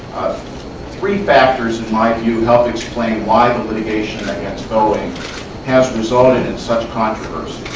three factors, in my view, help explain why the litigation against boeing has resulted in such controversy.